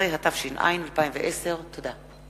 11), התש"ע 2010. תודה.